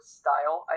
style